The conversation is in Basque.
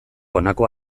honako